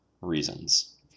reasons